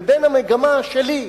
ובין המגמה שלי,